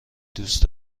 دوست